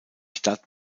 stadt